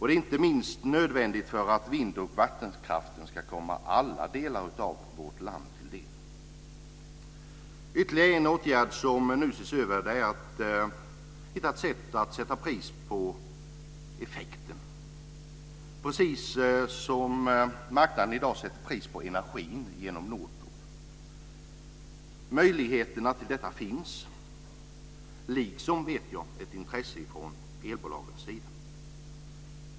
Det är inte minst nödvändigt för att vind och vattenkraften ska komma alla delar av vårt land till del. Ytterligare en åtgärd som nu ses över är sättet att sätta pris på effekten, precis som marknaden i dag sätter pris på energin genom Nord Pool. Möjligheterna till detta finns, liksom ett intresse från elbolagens sida.